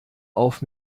auf